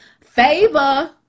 favor